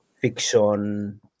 fiction